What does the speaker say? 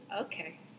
Okay